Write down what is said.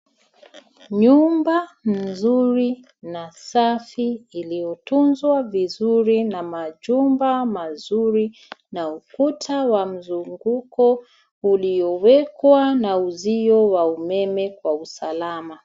Nyumba nzuri na safi iliyotunzwa vizuri na machumba mazuri na ukuta wa mzunguko uliyowekwa na uzio wa umeme kwa usalama.